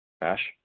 Ash